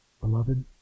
beloved